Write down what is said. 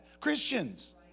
Christians